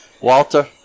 Walter